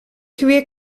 geweer